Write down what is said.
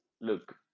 look